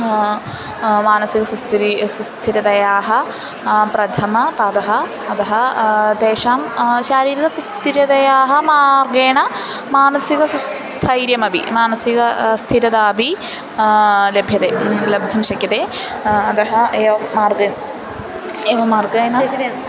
मानसिकसुस्थिरता सुस्थिरतायाः प्रथमपादः अतः तेषां शारीरिकसुस्थिरतयाः मार्गेन मानसिक सुस्थैर्यमपि मानसिक स्थिरदापि लभ्यते लब्धुं शक्यते अतः एवं मार्गे एवं मार्गे